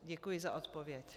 Děkuji za odpověď.